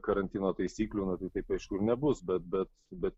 karantino taisyklių na tai taip aišku ir nebus bet bet bet